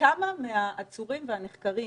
כמה מן העצורים והנחקרים